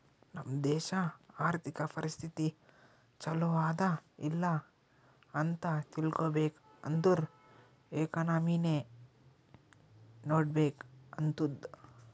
ನಮ್ ದೇಶಾ ಅರ್ಥಿಕ ಪರಿಸ್ಥಿತಿ ಛಲೋ ಅದಾ ಇಲ್ಲ ಅಂತ ತಿಳ್ಕೊಬೇಕ್ ಅಂದುರ್ ಎಕನಾಮಿನೆ ನೋಡ್ಬೇಕ್ ಆತ್ತುದ್